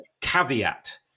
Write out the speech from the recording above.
caveat